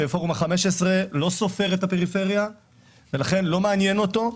שפורום ה-15 לא סופר את הפריפריה ולכן לא מעניין אותו,